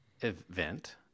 event